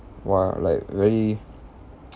!wah! like very